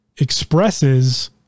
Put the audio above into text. expresses